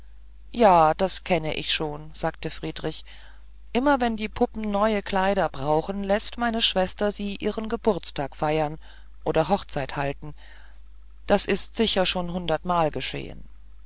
ja das kenne ich schon sagte friedrich immer wenn die puppen neue kleider gebrauchen läßt meine schwester sie ihren geburtstag feiern oder hochzeit halten das ist sicher schon hundertmal geschehen